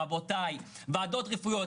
רבותי ועדות רפואיות,